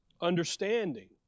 Understanding